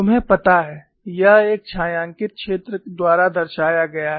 तुम्हें पता है यह एक छायांकित क्षेत्र द्वारा दर्शाया गया है